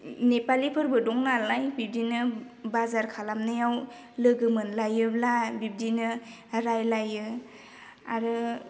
नेपालिफोरबो दं नालाय बिदिनो बाजार खालामनायाव लोगो मोनलायोब्ला बिदिनो रायलायो आरो